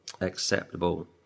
acceptable